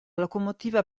locomotiva